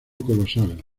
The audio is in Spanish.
colosal